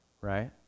right